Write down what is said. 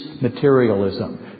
materialism